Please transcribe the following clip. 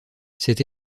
cette